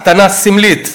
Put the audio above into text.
סמלית,